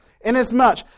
inasmuch